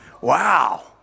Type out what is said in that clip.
Wow